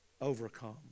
overcome